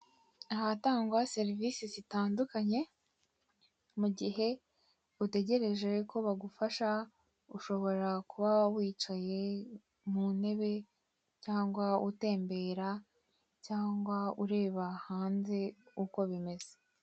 Ahatangwa serivise zitandukanye. Mu gihe utegereje ko bagufasha ushobora kuba wicaye mu ntebe, cyangwa utembera, cyangwa ureba hanze uko bimeze.